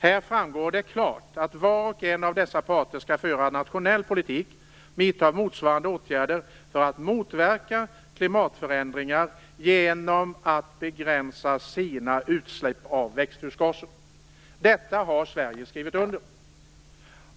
Där framgår klart att var och en av dessa parter skall föra en nationell politik, och vidta motsvarande åtgärder, för att motverka klimatförändringar genom att begränsa sina utsläpp av växthusgaser. Detta har Sverige skrivit under på.